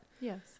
Yes